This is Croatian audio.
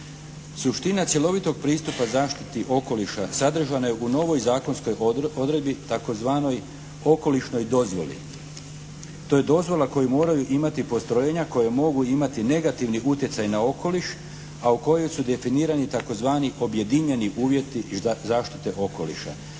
Suština cjelovitog pristupa zaštiti okoliša sadržana je u novoj zakonskoj odredbi tzv. okolišnoj dozvoli. To je dozvola koju moraju imati postrojenja koja mogu imati negativni utjecaj na okoliš a u kojoj su definirani tzv. objedinjeni uvjeti iz zaštite okoliša